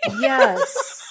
Yes